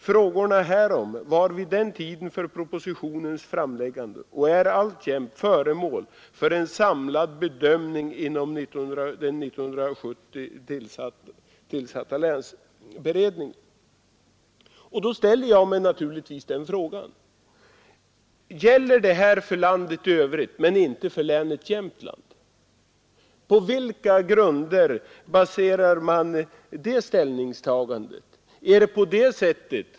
Frågorna härom var vid tiden för propositionens framläggande och är alltjämt föremål för en samlad bedömning inom den år 1970 tillsatta länsberedningen.” Då ställer jag mig frågan: Gäller det här för landet i övrigt men inte för länet Jämtland? På vilka grunder baserar man det ställningstagandet?